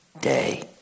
day